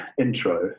intro